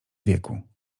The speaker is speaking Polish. wieku